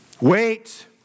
Wait